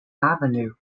avenue